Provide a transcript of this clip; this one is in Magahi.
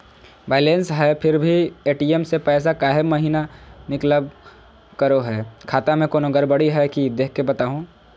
बायलेंस है फिर भी भी ए.टी.एम से पैसा काहे महिना निकलब करो है, खाता में कोनो गड़बड़ी है की देख के बताहों?